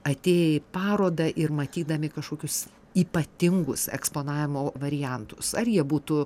atėję į parodą ir matydami kažkokius ypatingus eksponavimo variantus ar jie būtų